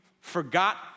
forgot